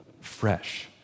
fresh